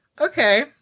okay